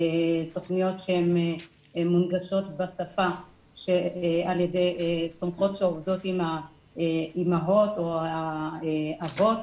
תוכניות שהן מונגשות בשפה על ידי סומכות שעובדות עם האימהות או האבות